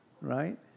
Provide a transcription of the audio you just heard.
right